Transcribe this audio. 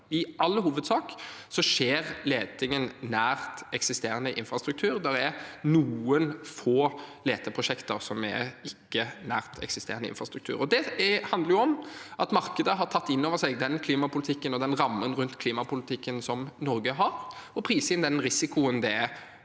I all hovedsak skjer letingen nær eksisterende infrastruktur. Det er noen få leteprosjekter som ikke er nær eksisterende infrastruktur. Det handler om at markedet har tatt inn over seg den klimapolitikken og den rammen rundt klimapolitikken som Norge har, og priser inn den risikoen det er